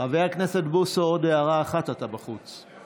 חבר הכנסת בוסו, עוד הערה אחת, אתה בחוץ.